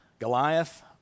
Goliath